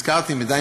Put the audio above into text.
הם במסגרות רגילות.